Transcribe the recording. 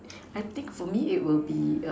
I think for me it will be err